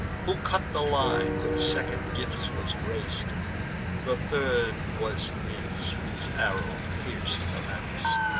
who cut the line, with second gifts was grac'd the third was his whose arrow pierc'd the mast.